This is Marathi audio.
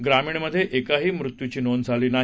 ग्रामीण मध्ये एकाही मृत्यूची नोंद नाही